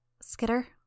Skitter